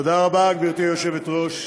תודה רבה, גברתי היושבת-ראש.